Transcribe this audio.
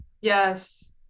Yes